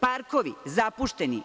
Parkovi zapušteni.